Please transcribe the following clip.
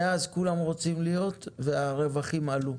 מאז, כולם רוצים להיות והרווחים עלו.